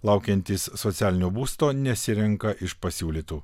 laukiantys socialinio būsto nesirenka iš pasiūlytų